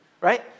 Right